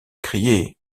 criait